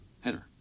header